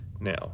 Now